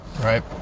right